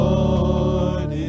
Lord